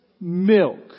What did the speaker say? milk